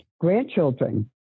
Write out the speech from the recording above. grandchildren